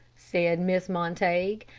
said mrs. montague.